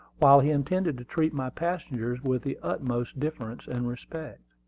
while he intended to treat my passengers with the utmost deference and respect.